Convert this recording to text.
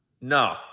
no